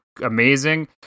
amazing